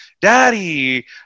daddy